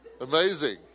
Amazing